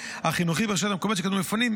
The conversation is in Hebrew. החינוכי ברשויות המקומיות שקלטו מפונים,